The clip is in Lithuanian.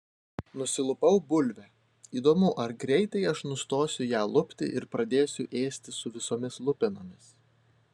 nusilupau bulvę įdomu ar greitai aš nustosiu ją lupti ir pradėsiu ėsti su visomis lupenomis